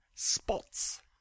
Spots